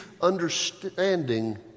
understanding